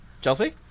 Chelsea